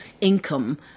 income